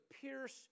pierce